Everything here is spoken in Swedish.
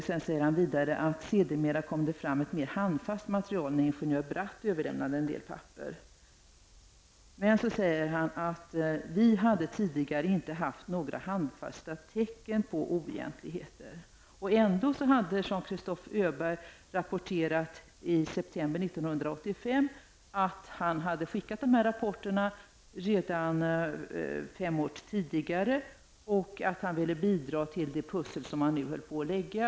Sedan forsatte han: ''Sedermera kom det fram ett mera handfast material när ingenjör Bratt överlämnade en del papper --.'' Vidare sade han: ''Vi hade tidigare inte haft några handfasta tecken på oegentligheter.'' Men Jean-Christophe Öberg hade rapporterat i september 1985 att han hade skickat de ifrågavarande rapporterna redan fem år tidigare och att han ville bidra till lösningen av det pussel som man nu höll på att lägga.